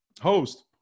host